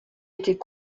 était